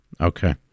okay